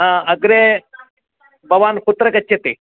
अग्रे भवान् कुत्र गच्छति